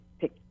pick